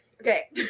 Okay